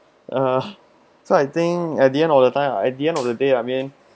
ah so I think at the end of the time at the end of the day I mean